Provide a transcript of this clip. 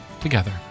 together